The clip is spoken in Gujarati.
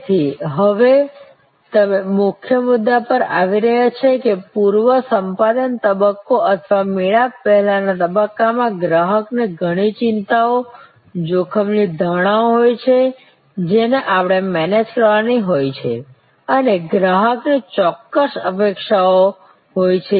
તેથી હવે તમે મુખ્ય મુદ્દા પર આવી રહ્યા છો કે પૂર્વ સંપાદન તબક્કો અથવા મેળાપ પહેલાના તબક્કામાં ગ્રાહકને ઘણી ચિંતાઓ જોખમની ધારણાઓ હોય છે જેને આપણે મેનેજ કરવાની હોય છે અને ગ્રાહકની ચોક્કસ અપેક્ષાઓ હોય છે